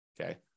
okay